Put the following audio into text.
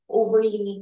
overly